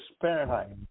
Fahrenheit